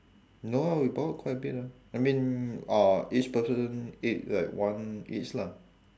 no ah we bought quite a bit ah I mean uh each person eat like one each lah